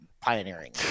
pioneering